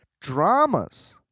dramas